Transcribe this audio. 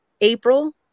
April